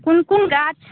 कोन कोन गाछ